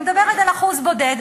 אני מדברת על אחוז בודד,